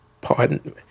pardon